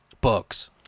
Books